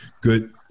good